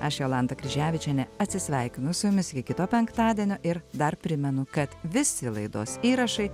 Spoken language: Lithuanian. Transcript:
aš jolanta kryževičienė atsisveikinu su jumis iki kito penktadienio ir dar primenu kad visi laidos įrašai